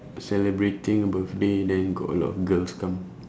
celebrating birthday then got a lot of girls come